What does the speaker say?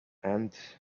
and